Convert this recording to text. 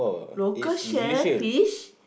local shellfish